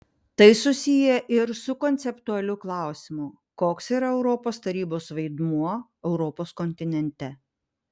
tai susiję ir su konceptualiu klausimu koks yra europos tarybos vaidmuo europos kontinente